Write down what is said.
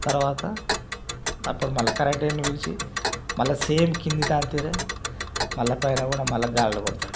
తర్వాత అప్పుడు మళ్ళా కరంట్ ఆయన్ని పిలిచి మళ్ళా సేమ్ కింది దానిపేరే మళ్ళా పైన కూడా మళ్ళా గాడులు కొడతాడు